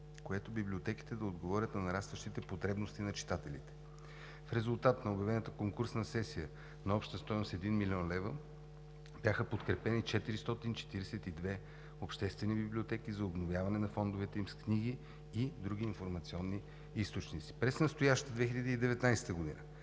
което библиотеките да отговорят на нарастващите потребности на читателите. В резултат на обявената конкурсна сесия на обща стойност 1 млн. лв. бяха подкрепени 442 обществени библиотеки за обновяване на фондовете им с книги и други информационни източници. През настоящата 2019 г.